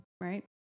right